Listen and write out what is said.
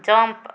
jump